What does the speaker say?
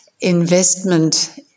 investment